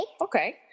Okay